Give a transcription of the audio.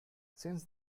since